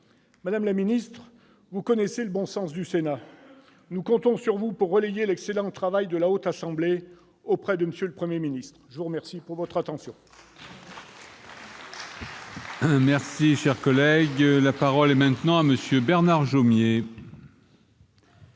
Madame la ministre, vous connaissez le bon sens du Sénat. Nous comptons sur vous pour relayer l'excellent travail de la Haute Assemblée auprès de M. le Premier ministre. C'est déjà fait ! Cigolotti